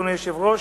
אדוני היושב-ראש,